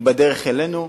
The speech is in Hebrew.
והיא בדרך אלינו,